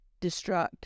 destruct